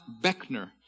Beckner